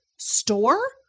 store